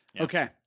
Okay